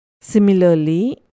Similarly